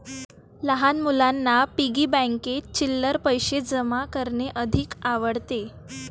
लहान मुलांना पिग्गी बँकेत चिल्लर पैशे जमा करणे अधिक आवडते